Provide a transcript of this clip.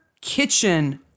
kitchen